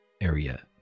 area